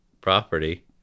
property